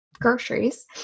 groceries